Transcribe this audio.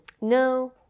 No